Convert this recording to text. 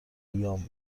ایام